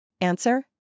Answer